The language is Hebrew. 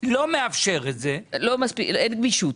לא מאפשר את זה -- אין גמישות.